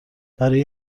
برای